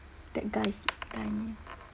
that guy's timing